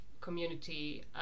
community